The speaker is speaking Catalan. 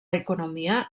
economia